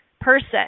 person